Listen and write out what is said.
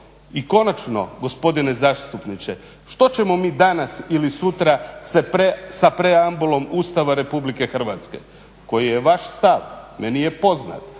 I konačno gospodine zastupniče, što ćemo mi danas ili sutra sa preambulom Ustava Republike Hrvatske, koji je vaš stav, meni je poznat,